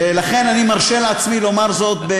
ולכן אני מרשה לעצמי לומר זאת,